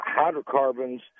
hydrocarbons